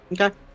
Okay